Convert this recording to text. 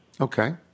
Okay